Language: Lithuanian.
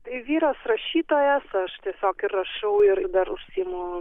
tai vyras rašytojas aš tiesiog ir rašau ir dar užsiimu